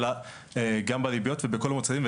אלא גם בריביות ובכל המוצרים.